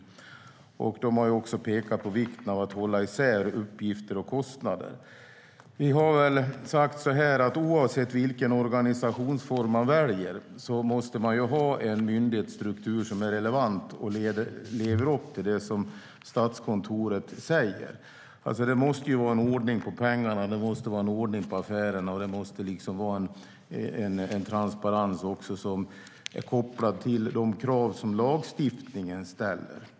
Statskontoret har också pekat på vikten av att hålla isär uppgifter och kostnader. Vi har sagt att oavsett vilken organisationsform man väljer måste man ha en myndighetsstruktur som är relevant och lever upp till det som Statskontoret säger. Man måste ha ordning på pengarna och på affärerna. Det måste också finnas en transparens som är kopplad till de krav som lagstiftningen ställer.